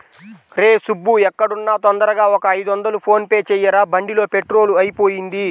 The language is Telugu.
రేయ్ సుబ్బూ ఎక్కడున్నా తొందరగా ఒక ఐదొందలు ఫోన్ పే చెయ్యరా, బండిలో పెట్రోలు అయిపొయింది